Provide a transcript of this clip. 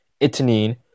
Itanin